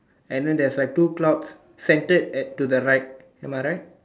and then there's like two clouds centered at to the right am I right